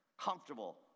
comfortable